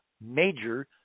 major